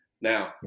Now